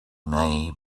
may